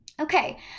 Okay